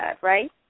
Right